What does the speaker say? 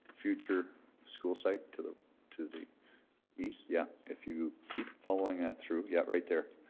future school site to the to the east? yeah, if you keep following that through, yeah, right there,